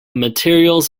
materials